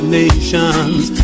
nations